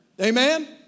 Amen